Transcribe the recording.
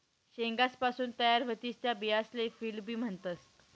शेंगासपासून तयार व्हतीस त्या बियासले फील्ड बी म्हणतस